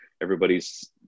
everybody's